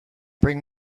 bring